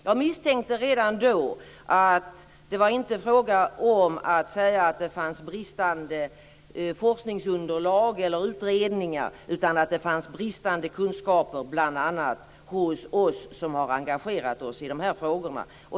Jag misstänkte redan då att det inte var fråga om att det fanns brister i forskningsunderlag eller utredningar utan att det fanns bristande kunskaper bl.a. hos oss som har engagerat oss i de här frågorna.